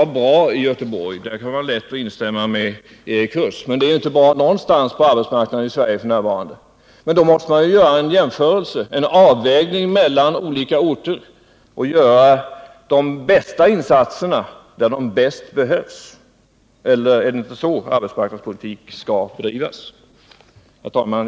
På den punkten kan man lätt instämma med Erik Huss. Det är inte bra någonstans på arbetsmarknaden i Sverige f. n. Därför måste man göra en avvägning mellan olika orter och göra de bästa insatserna där de bäst behövs. Eller är det inte så arbetsmarknadspolitik skall bedrivas? Herr talman!